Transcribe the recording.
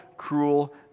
cruel